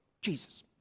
Jesus